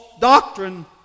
doctrine